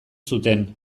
zuten